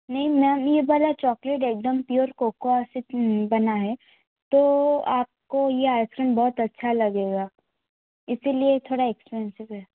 नहीं मैम ये वाला चॉकलेट एक दम प्योर कोकोआ से बना है तो आपको ये आइस क्रीम बहुत अच्छा लगेगा इसी लिए थोड़ा एक्सपेंसिव है